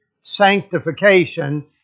sanctification